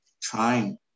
trying